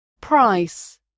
Price